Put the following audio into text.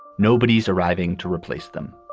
nobody's arriving to replace them.